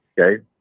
Okay